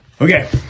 Okay